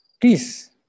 please